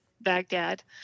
Baghdad